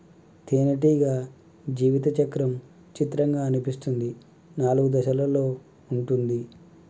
తేనెటీగ జీవిత చక్రం చిత్రంగా అనిపిస్తుంది నాలుగు దశలలో ఉంటుంది